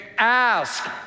Ask